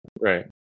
Right